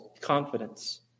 confidence